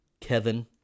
kevin